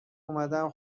اومدم